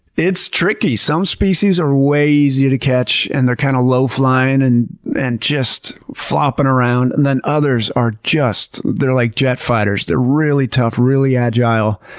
it's tricky. some species are way easier to catch, and they're kind of low flying and and just flopping around, and then others are just, they're like jet fighters. they're really tough, really agile,